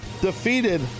defeated